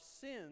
sins